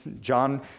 John